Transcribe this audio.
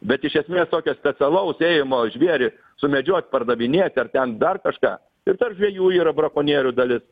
bet iš esmės tokio specialaus ėjimo žvėrį sumedžiot pardavinėt ar ten dar kažką ir tarp žvejų yra brakonierių dalis